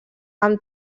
amb